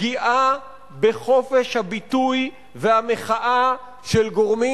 פגיעה בחופש הביטוי והמחאה של גורמים